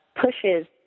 pushes